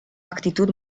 actitud